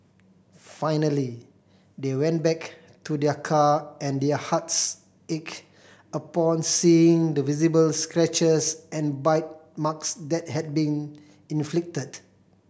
finally they went back to their car and their hearts ached upon seeing the visible scratches and bite marks that had been inflicted